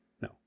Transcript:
No